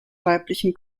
weiblichen